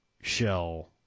shell